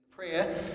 prayer